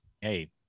Hey